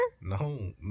No